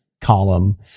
column